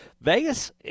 Vegas